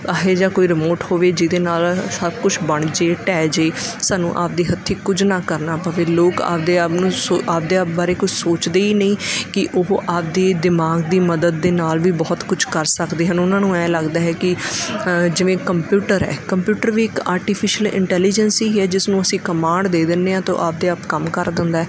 ਇਹੋ ਜਿਹਾ ਕੋਈ ਰਿਮੋਟ ਹੋਵੇ ਜਿਹਦੇ ਨਾਲ ਸਭ ਕੁਛ ਬਣ ਜੇ ਢਹਿ ਜੇ ਸਾਨੂੰ ਆਪਦੀ ਹੱਥੀਂ ਕੁਝ ਨਾ ਕਰਨਾ ਪਵੇ ਲੋਕ ਆਪਦੇ ਆਪ ਨੂੰ ਸੋ ਆਪਦੇ ਆਪ ਬਾਰੇ ਕੁਛ ਸੋਚਦੇ ਹੀ ਨਹੀਂ ਕਿ ਉਹ ਆਪਦੀ ਦਿਮਾਗ ਦੀ ਮਦਦ ਦੇ ਨਾਲ ਵੀ ਬਹੁਤ ਕੁਛ ਕਰ ਸਕਦੇ ਹਨ ਉਹਨਾਂ ਨੂੰ ਐਏਂ ਲੱਗਦਾ ਹੈ ਕਿ ਜਿਵੇਂ ਕੰਪਿਊਟਰ ਹੈ ਕੰਪਿਊਟਰ ਵੀ ਇੱਕ ਆਰਟੀਫਿਸ਼ਲ ਇੰਟੈਲੀਜੈਂਸੀ ਹੀ ਹੈ ਜਿਸ ਨੂੰ ਅਸੀਂ ਕਮਾਂਡ ਦੇ ਦਿੰਦੇ ਹਾਂ ਤਾਂ ਉਹ ਆਪਦੇ ਆਪ ਕੰਮ ਕਰ ਦਿੰਦਾ